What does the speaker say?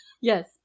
Yes